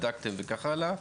בדקתם וכך הלאה,